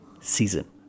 season